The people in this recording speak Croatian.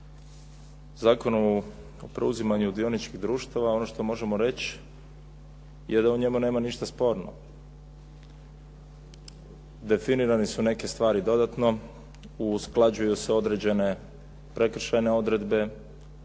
Zakonu o preuzimanju dioničkih društava, ono što možemo reći je da u njemu nema ništa sporno. Definirane su neke stvari dodatno, usklađuju se određene prekršajne odredbe,